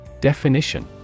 Definition